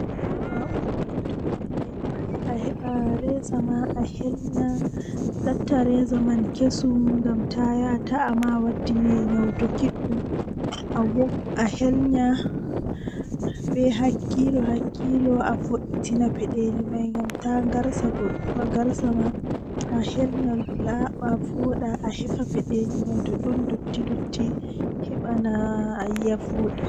Midon fina haa doidi njamdi jweedidi be reeta kala nde weeti fuu tomi fini mi hasitan njamdi sappo tomi hasiti njamdi sappo mi taska mi dilla kuugal njamdi sappo e go'o eh milora mi nyama nyamdu nange njamdi didi eh nden mi umma njamdi joye haa babal kuugal mi warta saare.